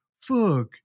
fuck